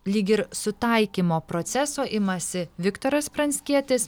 lyg ir sutaikymo proceso imasi viktoras pranckietis